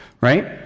right